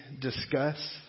discuss